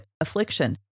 affliction